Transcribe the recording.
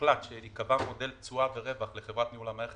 הוחלט שיקבע מודל תשואה ורווח לחברת ניהול המערכת